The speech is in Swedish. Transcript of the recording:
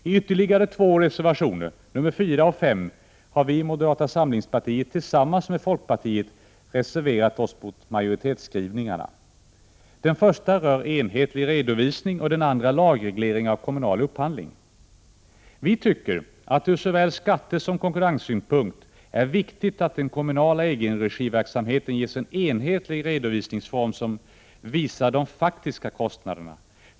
I ytterligare två reservationer, nr 4 och nr 5, har vi i moderata samlingspartiet tillsammans med folkpartiet reserverat oss mot majoritetsskrivningarna. Den ena rör enhetlig redovisning, och den andra rör lagreglering av kommunal upphandling. Vi tycker att det ur såväl skattesom konkurrenssynpunkt är viktigt att den kommunala egenregiverksamheten ges en enhetlig redovisningsform som utvisar de faktiska kostnaderna.